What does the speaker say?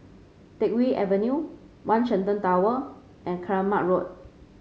Teck Whye Avenue One Shenton Tower and Keramat Road